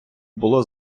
було